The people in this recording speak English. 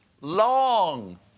long